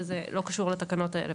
וזה לא קשור לתקנות האלה.